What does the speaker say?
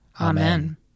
Amen